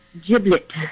giblet